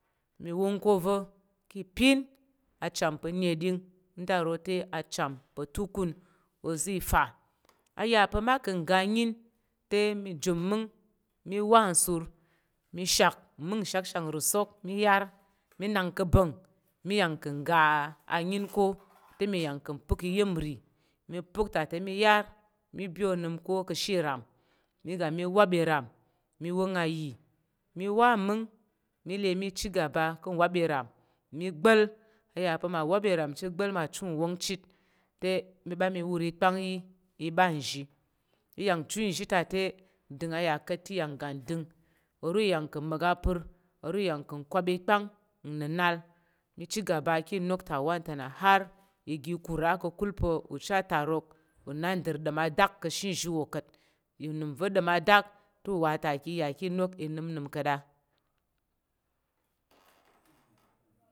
Mi wong ko ova̱ ki ipin acham pa̱ neɗing, nda ro te acham pa̱ tukun ozi fa. A ya pa̱ mma ka̱ ngga anyin te mí jum mməng mí wa nsur mi shak mməng nshakshak nrusok mi yar mí nang ka̱ ba̱ng mí yar ki ga anyin ko, te mi yà ka̱ mpək iya̱m nri mi pək ta te mi yar mi bi onəm ko ka̱she iram. Mi ga mi wap iram mí wong ayi mí te le mí chi gaba ka̱ nwap iram mí gba̱l. A ya pa̱ mma wap iram chit gba̱l ma chu nwong chit te mi ɓa mi wur ikpang yi mi ɓa nzhi. I yà ka̱ nchu nzhi ta te ndəng a yà ka̱t te i ga ndəng. Oro i ya ka̱ mma̱k apər, oro i yà ka̱ nkwap ikpang nnənal mi chi gaba ki inok ta wanta na har ige kur á. Ka̱kul pa̱ uchar tarok unandən ɗom adak ka̱she nzhi wo ka̱t. Unəm va̱ ɗom adak te u wa ta ko yà ki inok i nəmnəm ka̱t á.